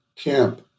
camp